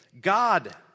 God